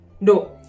No